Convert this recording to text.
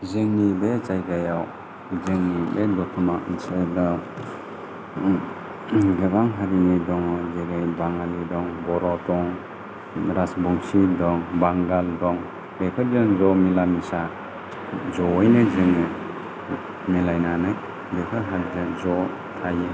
जोंनि बे जायगायाव जोंनि बे दतमा ओनसोलाव गोबां हारिनि दङ जेरै बाङाली दं बर' दं राजबंशी दं बांगाल दं बेफोरजों ज' मिला मिसा ज'यैनो जोङो मिलायनानै बेफोर हारिजों ज' थायो